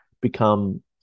become